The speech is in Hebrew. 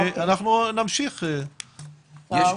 ולאחר